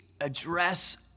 address